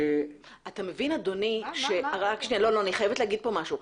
אני חייבת לומר כאן משהו.